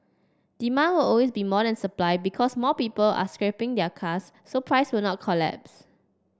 demand will always be more than supply because more people are scrapping their cars so price will not collapse